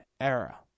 era